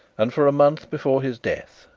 and for a month before his death,